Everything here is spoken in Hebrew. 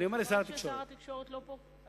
חבל ששר התקשורת לא פה.